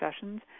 sessions